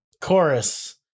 Chorus